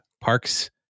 parks